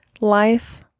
Life